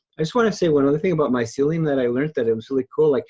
i just wanna say one other thing about mycelium that i learnt that, it was really cool. like